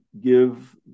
give